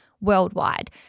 worldwide